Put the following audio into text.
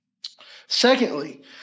Secondly